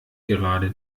gerade